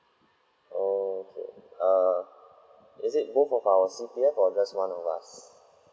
okay err is it both of our C_P_F or just one of us